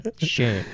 sure